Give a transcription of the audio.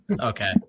Okay